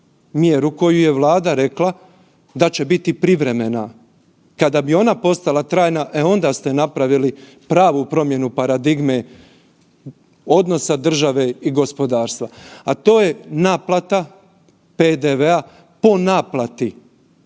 mjeru koju je Vlada rekla da će biti privremena, kada bi ona postala trajna e onda ste napravili pravu promjenu paradigme odnosa države i gospodarstva, a to je naplata PDV-a po naplati.